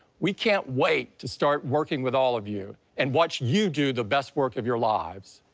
we can't wait to start working with all of you and watch you do the best work of your lives.